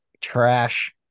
Trash